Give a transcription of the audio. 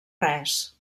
res